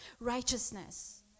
righteousness